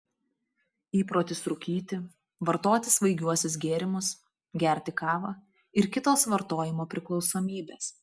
įprotis rūkyti vartoti svaigiuosius gėrimus gerti kavą ir kitos vartojimo priklausomybės